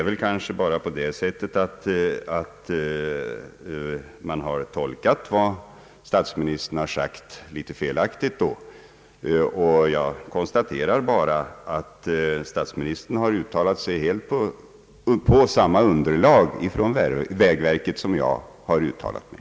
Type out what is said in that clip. Jag konstaterar endast att statsministern i alla avseenden uttalat sig med samma material från vägverket som underlag som det jag utgått från.